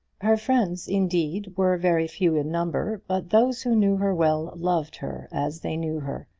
her friends, indeed, were very few in number but those who knew her well loved her as they knew her,